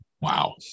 Wow